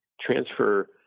transfer